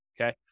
okay